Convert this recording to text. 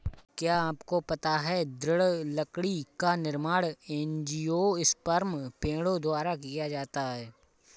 क्या आपको पता है दृढ़ लकड़ी का निर्माण एंजियोस्पर्म पेड़ों द्वारा किया जाता है?